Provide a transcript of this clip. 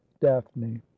daphne